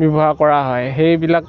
ব্যৱহাৰ কৰা হয় সেইবিলাক